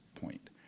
point